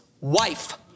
wife